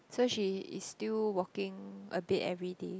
so she is still walking a bit everyday